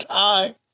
time